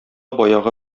баягы